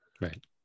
Right